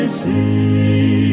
see